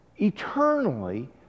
eternally